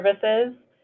services